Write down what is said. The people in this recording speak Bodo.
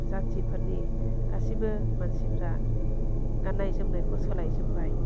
जाथिफोरनि गासिबो मानसिफ्रा गान्नाय जोमनायखौ सोलाय जोब्बाय